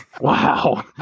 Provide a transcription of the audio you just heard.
Wow